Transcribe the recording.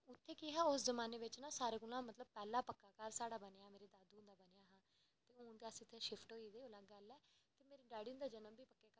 ते उत्थें केह् हा के उस जमाने च सारें कोला पक्का घर साढ़ा बनेआ हा मेरे दादू हुंदा बनेआ हा हून ते अस इत्थें शिफ्ट होई गेदे पर मेरे डैडी हुंदा जन्म बी पक्के घर होआ हा